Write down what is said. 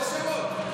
תן שמות.